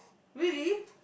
really